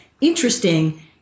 interesting